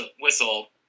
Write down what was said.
whistle